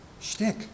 shtick